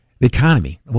economy